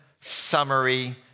summary